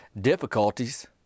difficulties